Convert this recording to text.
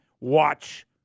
watch